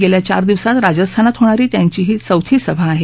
गेल्या चार दिवसात राजस्थानात होणारी त्यांची ही चौथी सभा आहे